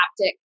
haptic